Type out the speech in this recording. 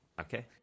okay